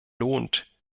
lohnt